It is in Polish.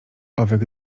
owych